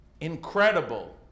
incredible